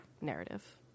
narrative